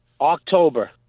October